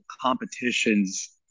competitions